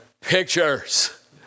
pictures